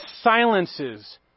silences